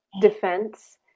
defense